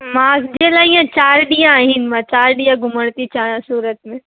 मुंहिंजे लाइ इअं चारि ॾींहं आहिनि मां चारि ॾींहं घुमणु थी चाहियां सूरत में